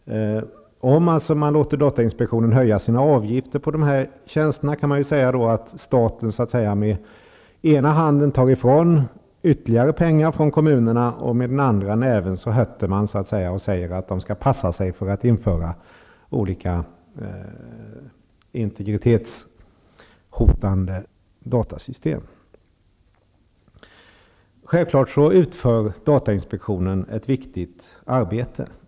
Om man låter datainspektionen höja sina avgifter på de här tjänsterna kan vi ju säga att staten med ena handen tar ifrån kommunerna ytterligare pengar och samtidigt hötter med den andra näven och säger att de skall passa sig för att införa olika integritetshotande datasystem. Datainspektionen utför självfallet ett viktigt arbete.